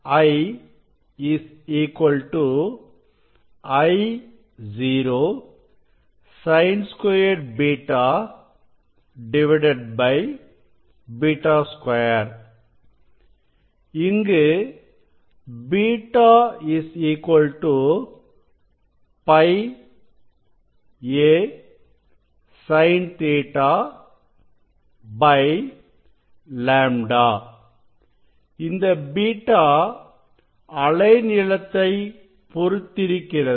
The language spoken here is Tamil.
I Io Sin2β β2 Here β πa sin Ɵ λ இந்த β அலை நீளத்தை பொறுத்திருக்கிறது